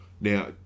Now